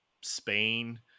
Spain